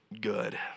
good